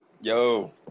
Yo